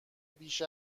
بیش